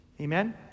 Amen